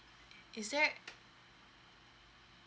is there